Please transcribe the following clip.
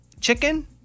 chicken